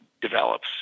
develops